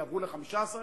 יעברו ל-15,000?